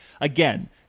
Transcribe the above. again